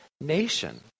nation